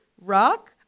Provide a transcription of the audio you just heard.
rock